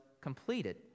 completed